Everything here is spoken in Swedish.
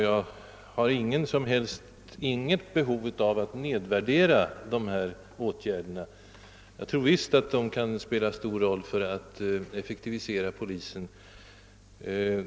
Jag har inget behov av att nedvärdera betydelsen av denna tekniska upprustning — även jag tror att den kan komma att spela en stor roll för att effektivisera polisen.